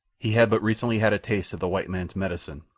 he had but recently had a taste of the white man's medicine,